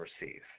receive